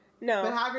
No